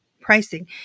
pricing